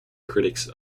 critics